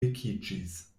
vekiĝis